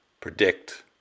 predict